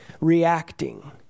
reacting